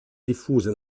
diffusa